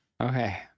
Okay